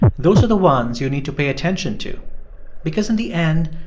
those are the ones you need to pay attention to because in the end,